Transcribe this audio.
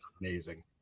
amazing